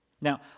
Now